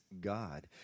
God